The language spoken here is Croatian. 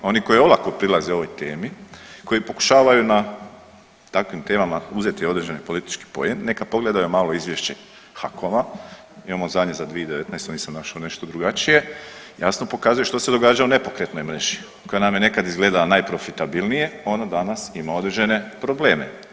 Oni koji olako prilaze ovoj temi, koji pokušavaju na takvim temama uzeti određeni politički poen neka pogledaju malo izvješće HAKOM-a imamo zadnje za 2019. nisam našao nešto drugačije, jasno pokazuje što se događalo nepokretnoj mreži koja nam je nekada izgledala najprofitabilnije ona danas ima određene probleme.